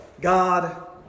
God